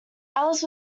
alice